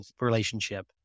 relationship